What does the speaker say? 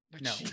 No